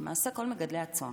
למעשה, כל מגדלי הצאן